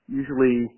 usually